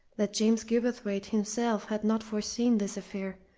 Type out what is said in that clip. that james gilverthwaite himself had not foreseen this affair,